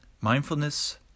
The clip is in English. Mindfulness